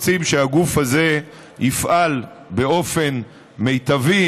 רוצים שהגוף הזה יפעל באופן מיטבי,